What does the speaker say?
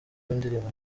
w’indirimbo